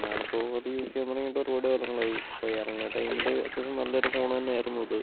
ഞാനിപ്പോൾ അത് യൂസ് ചെയ്യാൻ തുടങ്ങിയിട്ട് ഒരുപാട് കാലങ്ങളായി അപ്പോൾ ഇറങ്ങിയ ടൈമിൽ അത്യാവശ്യം നല്ലൊരു ഫോൺ തന്നെ ആയിരുന്നു അത്